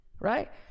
right